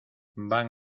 van